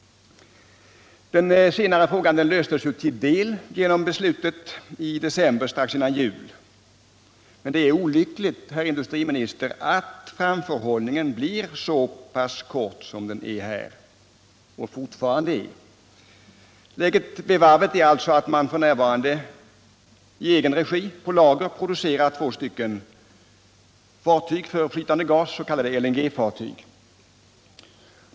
Den senare frågan löstes ju till en del genom beslutet i december strax före jul. Men det är olyckligt, herr industriminister, att ”framförhållningen” blir så pass kort som den är nu. Läget vid Kockums varv är alltså att man f.n. i egen regi på lager producerar två fartyg för transport av flytande gas, s.k. LNG-fartyg.